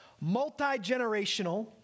multi-generational